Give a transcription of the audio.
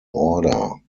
order